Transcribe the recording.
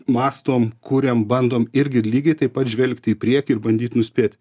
mąstom kuriam bandom irgi lygiai taip pat žvelgti į priekį ir bandyt nuspėti